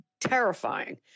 terrifying